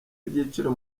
byiciro